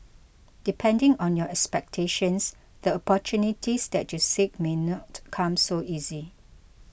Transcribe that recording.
depending on your expectations the opportunities that you seek may not come so easy